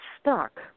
stuck